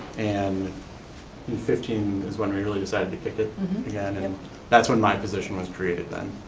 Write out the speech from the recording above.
and in fifteen is when we really decided to kick it again, and um that's when my position was created then.